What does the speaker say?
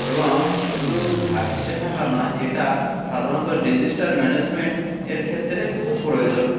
এবং শুধু ভেসে থাকা নয় এটা সাধারণত ডিজাস্টার ম্যানেজমেন্টের ক্ষেত্রে খুব প্রয়োজন